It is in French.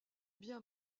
bien